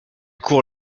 court